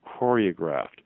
choreographed